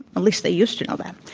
at least they used to know that.